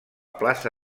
plaça